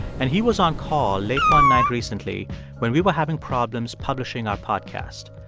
and he was on call late one night recently when we were having problems publishing our podcast.